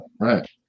right